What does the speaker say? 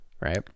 Right